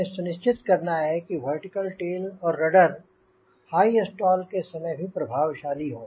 हमें सुनिश्चित करना है कि वर्टिकल टेल और रडर हाई स्टॉल के समय भी प्रभावशाली हो